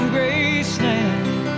Graceland